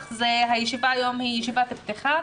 הישיבה היום היא ישיבת פתיחה,